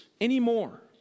anymore